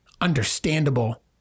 understandable